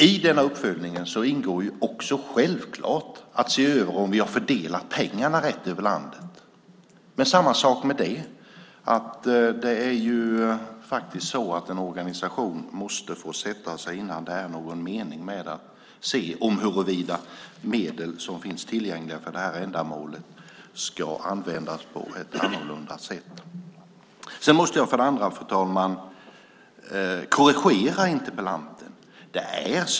I denna uppföljning ingår självklart att se över om vi har fördelat pengarna rätt över landet. Samma sak är det där - en organisation måste få sätta sig innan det är någon mening med att se om huruvida de medel som finns tillgängliga för ändamålet ska användas på ett annorlunda sätt. För det andra måste jag korrigera interpellanten.